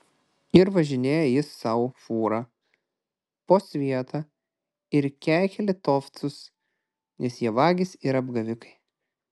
ir važinėja jis sau fūra po svietą ir keikia litovcus nes jie vagys ir apgavikai